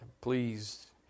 Please